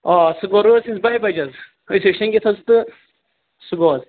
آ سُہ گوٚو رٲژ ہٕنٛزِ بَہہِ بَجہِ حظ أسۍ ٲسۍ شۅنٛگِتھ حظ تہٕ صُبحٲے